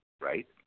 right